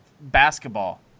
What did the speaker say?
basketball